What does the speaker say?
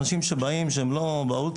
אנשים שבאים והם לא באולטראס,